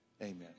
Amen